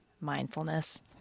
mindfulness